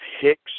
Hicks